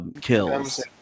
kills